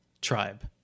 tribe